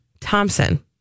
Thompson